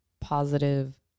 positive